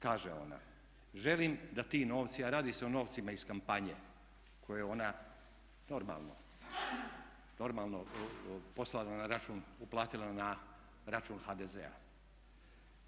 Kaže ona: "Želim da ti novci" a radi se o novcima iz kampanje koje je ona normalno poslala na račun, uplatila na račun HDZ-a.